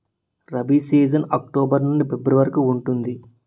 rabi season October నుండి February వరకు ఉంటుంది